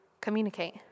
communicate